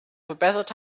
verbessert